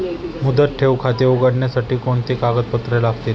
मुदत ठेव खाते उघडण्यासाठी कोणती कागदपत्रे लागतील?